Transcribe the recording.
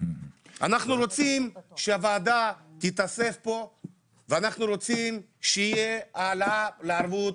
אנחנו רוצים שהוועדה תיאסף פה ואנחנו רוצים שיהיה העלאה לערבות,